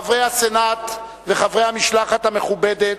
חברי הסנאט וחברי המשלחת המכובדת,